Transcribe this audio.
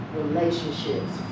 relationships